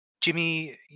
Jimmy